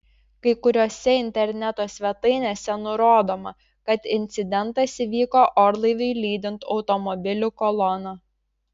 kai kuriose interneto svetainėse nurodoma kad incidentas įvyko orlaiviui lydint automobilių koloną